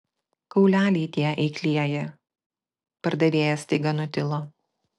kauleliai tie eiklieji pardavėjas staiga nutilo